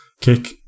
kick